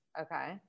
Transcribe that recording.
okay